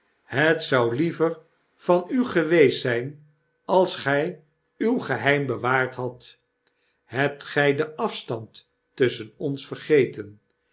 het zou liever van u geweest zijn als gy uw geheim bewaard hadt hebt gy den afstand tusschen ons vergeten